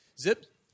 Zip